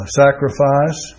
sacrifice